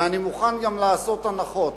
ואני מוכן גם לעשות הנחות,